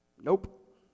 Nope